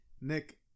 nick